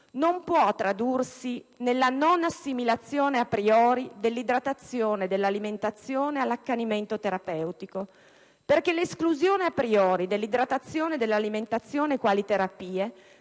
non può tradursi nella non assimilazione a priori dell'idratazione e dell'alimentazione all'accanimento terapeutico. L'esclusione a priori, infatti, dell'idratazione e dell'alimentazione quali terapie,